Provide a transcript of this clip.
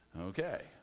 Okay